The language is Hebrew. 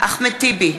אחמד טיבי,